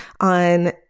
on